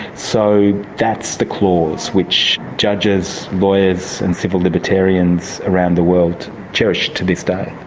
so, that's the clause which judges, lawyers and civil libertarians around the world cherish, to this day.